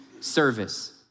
Service